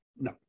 No